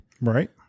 Right